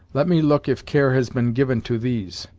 let me look if care has been given to these.